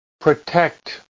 protect